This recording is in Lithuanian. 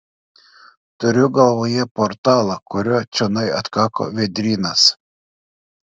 turiu galvoje portalą kuriuo čionai atkako vėdrynas